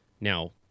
Now